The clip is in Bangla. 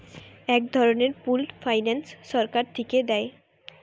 এক ধরনের পুল্ড ফাইন্যান্স সরকার থিকে দেয়